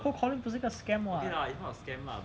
cold calling 不是一个 scam [what]